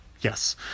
Yes